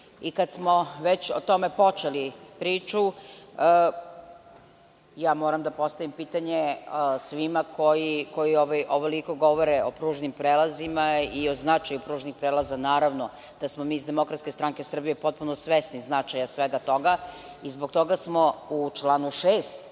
Kad smo već o tome počeli priču, moram da postavim pitanje svima koji ovoliko govore o pružnim prelazima i o značaju pružnih prelaza. Naravno da smo mi iz DSS potpuno svesni značaja svega toga i zbog toga smo u članu 6.